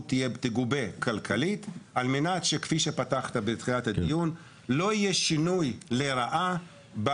תגובה כלכלית על מנת שלא יהיה שינוי לרעה,